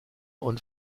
und